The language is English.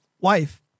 wife